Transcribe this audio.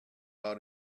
out